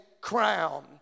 crown